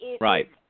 Right